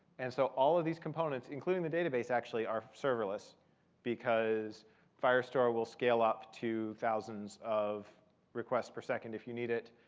and so all of these components, including the database, actually are serverless because firestore will scale up to thousands of requests per second, if you need it.